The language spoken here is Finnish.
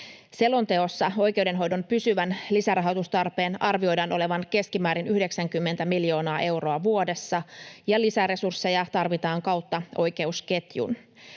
Selonteossa oikeudenhoidon pysyvän lisärahoitustarpeen arvioidaan olevan keskimäärin 90 miljoonaa euroa vuodessa, ja lisäresursseja tarvitaan kautta oikeusketjun.